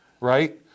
right